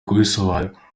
kubisobanura